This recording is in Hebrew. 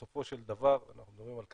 בסופו של דבר אנחנו מדברים על כלכלה,